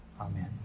Amen